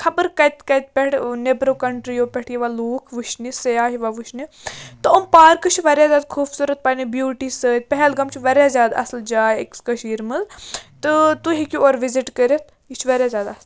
خبر کَتہِ کَتہِ پٮ۪ٹھ نیٚبرِو کَنٹریو پٮ۪ٹھ یِوان لوٗکھ وٕچھنہِ سِیاح یِوان وٕچھنہِ تہٕ یِم پارکہٕ چھِ واریاہ زیادٕ خوٗبصوٗرت پنٛنہِ بیوٗٹی سۭتۍ پہلگام چھِ واریاہ زیادٕ اَصٕل جاے أکِس کٔشیٖرِ مَنٛز تہٕ تُہۍ ہیٚکِو اور وِزِٹ کٔرِتھ یہِ چھُ واریاہ زیادٕ اَص